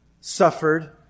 suffered